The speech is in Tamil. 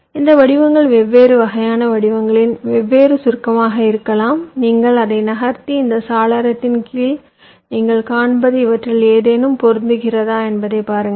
எனவே இந்த வடிவங்கள் வெவ்வேறு வகையான வடிவங்களின் வெவ்வேறு சுருக்கமாக இருக்கலாம் நீங்கள் அதை நகர்த்தி இந்த சாளரத்தின் கீழ் நீங்கள் காண்பது இவற்றில் ஏதேனும் பொருந்துகிறதா என்பதைப் பாருங்கள்